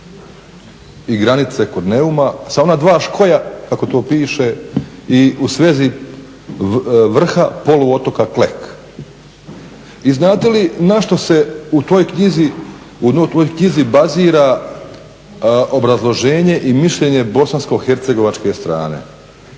i granice kod Neuma sa ona dva škoja kako tu piše i u svezi vrha poluotoka Klek. I znate li na što se u toj knjizi, u ovoj knjizi bazira obrazloženje i mišljenje bosansko-hercegovačke strane?